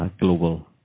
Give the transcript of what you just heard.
global